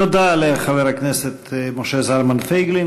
תודה לחבר הכנסת משה זלמן פייגלין.